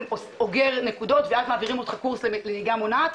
אוגר נקודות ואז מעבירים אותך קורס לנהיגה מונעת,